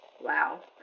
Wow